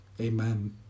Amen